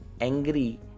angry